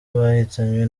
bahitanywe